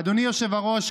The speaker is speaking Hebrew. אדוני היושב-ראש,